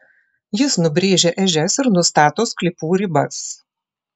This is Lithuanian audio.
jis nubrėžia ežias ir nustato sklypų ribas